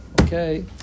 okay